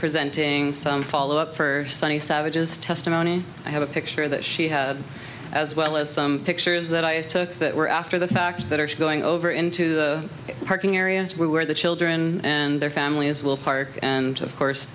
presenting some follow up for sunny savages testimony i have a picture that she had as well as some pictures that i took that were after the fact that are going over into the parking area where the children and their families will park and of course